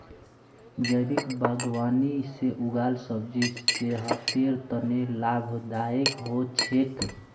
जैविक बागवानी से उगाल सब्जी सेहतेर तने लाभदायक हो छेक